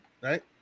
right